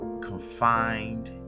confined